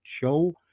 show